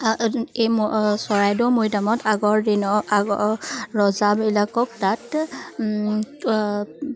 এই চৰাইদেউ মৈদামত আগৰ দিনৰ আগ ৰজাবিলাকক তাত